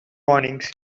warnings